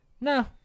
no